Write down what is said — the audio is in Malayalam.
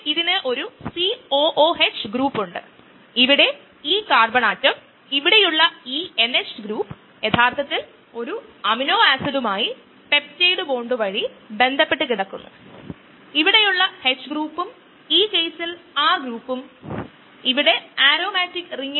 മുൻപത്തെ ഇൻഹിബിഷൻ കോംപ്റ്റിറ്റിവ് ആയിരുന്നു അടുത്ത തരം ഇൻഹിബിഷൻ പറയുന്നത് non competitive inhibition inhibitor enzyme ആയിട്ട് കൂടിചേരുന്നു അതു എൻസയ്മ് സബ്സ്ട്രേറ്റ് ആയിട്ടും